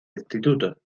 instituto